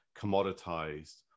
commoditized